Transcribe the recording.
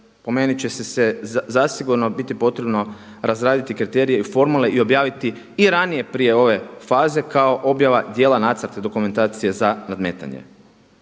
po meni će zasigurno biti potrebno razraditi kriterije i formalno ih objaviti i ranije prije ove faze kao objava dijela nacrta dokumentacije za nadmetanje.